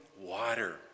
water